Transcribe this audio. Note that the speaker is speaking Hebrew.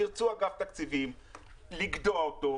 ירצו אגף תקציבים לגדוע אותו,